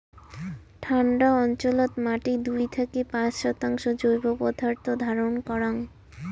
ঠান্ডা অঞ্চলত মাটি দুই থাকি পাঁচ শতাংশ জৈব পদার্থ ধারণ করাং